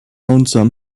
lonesome